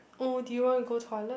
oh do you wanna go toilet